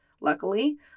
luckily